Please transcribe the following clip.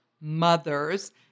mothers